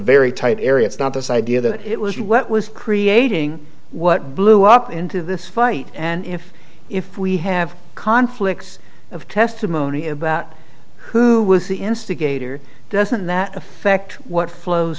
very tight area it's not this idea that it was you what was creating what blew up into this fight and if if we have conflicts of testimony about who was the instigator doesn't that in fact what flows